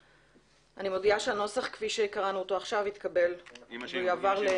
מודיעה שהנוסח כפי שקראנו עכשיו עם השינויים